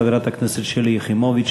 חברת הכנסת שלי יחימוביץ,